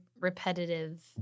repetitive